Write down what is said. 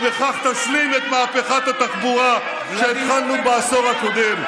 ובכך נשלים את מהפכת התחבורה שהתחלנו בעשור הקודם.